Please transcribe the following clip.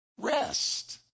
Rest